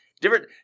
Different